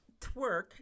twerk